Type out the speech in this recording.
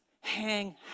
Hang